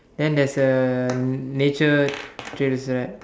then there's a nature trails right